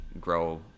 grow